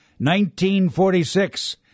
1946